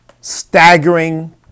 staggering